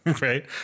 Right